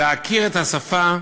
היא: להכיר את השפה,